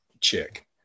chick